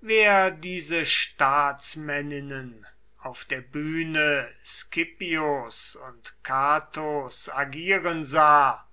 wer diese staatsmänninnen auf der bühne scipios und catos agieren sah